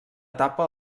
etapa